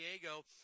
Diego